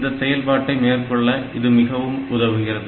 இந்த செயல்பாட்டை மேற்கொள்ள இது மிகவும் உதவுகிறது